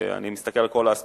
אני מסתכל על כל האספקטים.